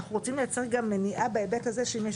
אנחנו רוצים לייצר גם מניעה בהיבט הזה שאם יש